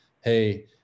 Hey